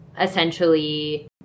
essentially